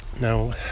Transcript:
Now